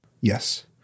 Yes